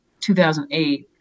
2008